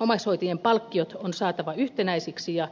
omaishoitajien palkkiot on saatava yhtenäisiksi ja